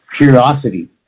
curiosity